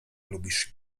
lubisz